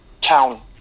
town